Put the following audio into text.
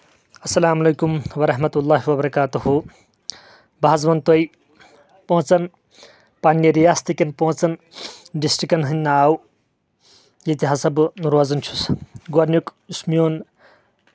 السلام علیکم ورحمۃ اللہ وبرکاتہُ بہٕ حظ وَنہٕ تۄہہِ پانٛژن پَنٕنہِ رِیاستہٕ کٮ۪ن پانٛژن ڈسٹرکٹن ہُنٛد ناو ییٚتہِ ہسا بہٕ روزان چھُس گۄڈٕنیُک یُس میون